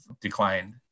declined